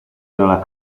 nella